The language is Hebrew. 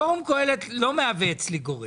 פורום קהלת לא מהווה אצלי גורם.